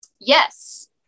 Yes